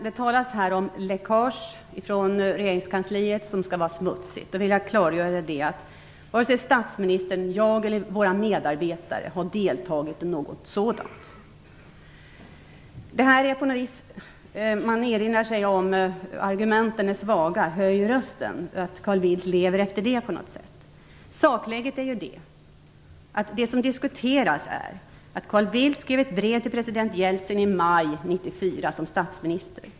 Det talas här om läckage från regeringskansliet som skall vara smutsigt. Jag vill här klargöra att varken statsministern, jag eller våra medarbetare har deltagit i något sådant. Man erinrar sig talesättet om att när argumenten är svaga så höjs rösten. Carl Bildt lever på sitt sätt upp till detta. Det som diskuterats är att Carl Bildt som statsminister skrev ett brev till president Jeltsin i maj 1994.